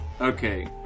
Okay